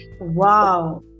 Wow